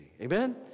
Amen